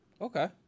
Okay